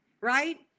right